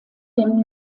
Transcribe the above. dem